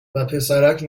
وپسرک